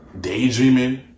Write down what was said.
daydreaming